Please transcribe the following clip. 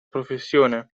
professione